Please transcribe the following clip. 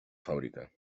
fàbrica